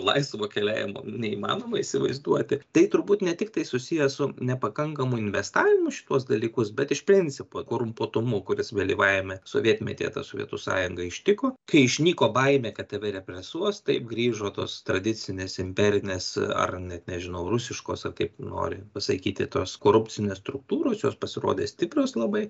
laisvo keliavimo neįmanoma įsivaizduoti tai turbūt ne tiktai susiję su nepakankamu investavimu į šituos dalykus bet iš principo korumpuotumu kuris vėlyvajame sovietmetyje tą sovietų sąjungą ištiko kai išnyko baimė kad tave represuos taip grįžo tos tradicinės imperinės ar net nežinau rusiškos ar kaip nori pasakyti tos korupcinės struktūros jos pasirodė stiprios labai